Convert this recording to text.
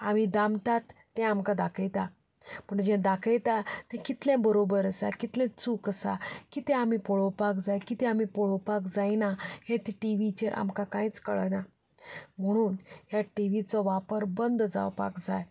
आमी दामतात तें आमकां दाखयता आनी जें दाखयता तें कितलें बरोबर आसा कितलें चूक आसा कितें आमी पळोवपाक जाय कितें आमी पळोवपाक जायना हें ते टी व्हीचेर आमकां कांयच कळना म्हणून हे टी व्हीचो वापर बंद जावपाक जाय